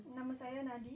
nama saya nadi